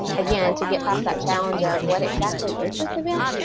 again, to get past that challenge of what exactly is this event?